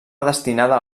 destinada